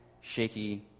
shaky